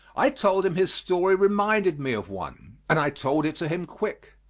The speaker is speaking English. i told him his story reminded me of one, and i told it to him quick.